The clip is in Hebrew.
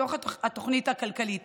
בתוך התוכנית הכלכלית